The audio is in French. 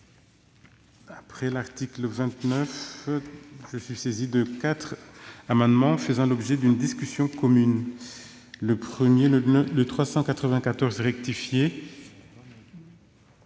après l'article 29. Je suis saisi de quatre amendements faisant l'objet d'une discussion commune. L'amendement n° 394 rectifié,